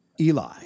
Eli